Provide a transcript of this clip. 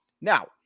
now